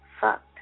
fucked